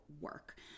work